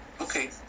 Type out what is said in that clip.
Okay